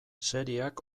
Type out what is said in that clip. serieak